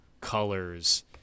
colors